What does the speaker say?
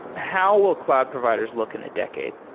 how will cloud providers look in a decade?